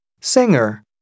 Singer